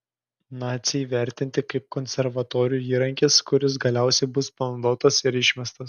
naciai vertinti kaip konservatorių įrankis kuris galiausiai bus panaudotas ir išmestas